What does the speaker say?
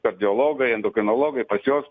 kardiologai endokrinologai pas juos